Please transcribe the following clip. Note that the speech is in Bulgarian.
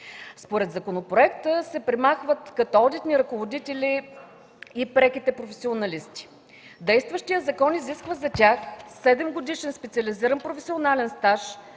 Според законопроекта се премахват като одитни ръководители и преките професионалисти. Действащият закон изисква за тях седемгодишен специализиран професионален стаж,